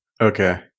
Okay